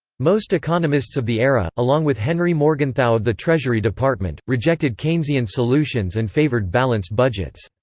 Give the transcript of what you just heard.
most economists of the era, along with henry morgenthau of the treasury department, rejected keynesian solutions and favored balanced budgets.